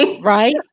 Right